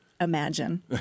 Imagine